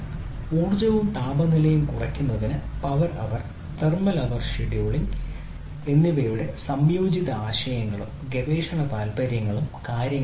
ഊർജ്ജവും താപനിലയും കുറയ്ക്കുന്നതിന് power aware thermal aware scheduling എന്നിവയുടെ സംയോജിത ആശയങ്ങളും ഗവേഷണ താൽപ്പര്യങ്ങളും കാര്യങ്ങളും ഉണ്ട്